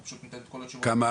אבל אנחנו ניתן את התשובות -- כמה,